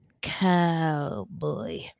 Cowboy